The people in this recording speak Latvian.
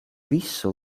visu